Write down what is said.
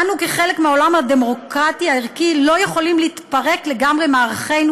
אנו כחלק מהעולם הדמוקרטי הערכי לא יכולים להתפרק לגמרי מערכינו.